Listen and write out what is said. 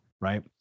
Right